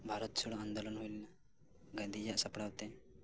ᱵᱷᱟᱨᱚᱛ ᱪᱷᱟᱲᱳ ᱟᱱᱫᱳᱞᱚᱱ ᱦᱩᱭ ᱞᱮᱱᱟ ᱜᱟᱱᱫᱷᱤᱡᱤᱭᱟᱜ ᱥᱟᱯᱲᱟᱣ ᱛᱮ